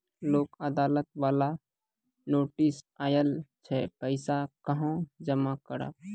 लोक अदालत बाला नोटिस आयल छै पैसा कहां जमा करबऽ?